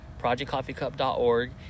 ProjectCoffeeCup.org